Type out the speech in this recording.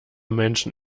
menschen